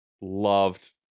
loved